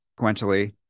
sequentially